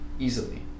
easily